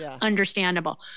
Understandable